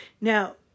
Now